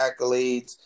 accolades